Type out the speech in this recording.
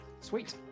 Sweet